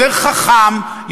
יותר חכם,